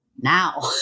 now